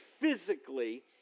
physically